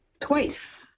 twice